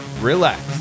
relax